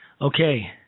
Okay